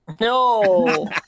No